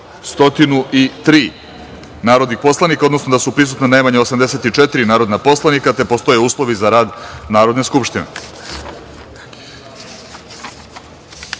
103. narodna poslanika, odnosno da su prisutna najmanje 84. narodna poslanika te postoji uslovi za rad Narodne skupštine. Prelazimo